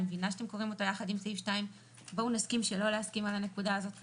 אני מבינה שאתם קוראים אותו יחד עם סעיף 2. בואו נסכים שלא להסכים על הנקודה הזאת כרגע.